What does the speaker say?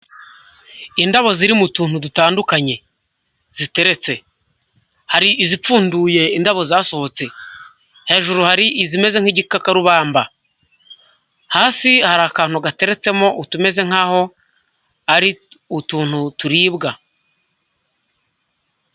Indabo ziri mu tuntu dutandukanye ziteretse, hari izipfunduye indabo zasohotse, hejuru hari izimeze nk'igikakarubamba, hasi hari akantu gateretsemo utumeze nkaho ari utuntu turibwa.